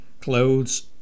clothes